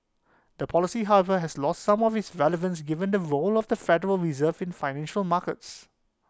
the policy however has lost some of its relevance given the role of the federal reserve in financial markets